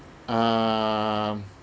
um